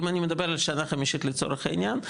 אם אני מדבר על שנה חמישית לצורך העניין,